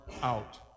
out